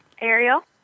Ariel